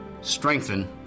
strengthen